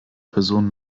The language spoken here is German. personen